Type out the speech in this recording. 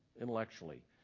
intellectually